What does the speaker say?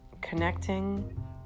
Connecting